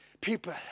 people